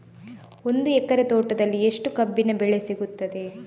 ಒಂದು ಎಕರೆ ತೋಟದಲ್ಲಿ ಎಷ್ಟು ಕಬ್ಬಿನ ಬೆಳೆ ಸಿಗುತ್ತದೆ?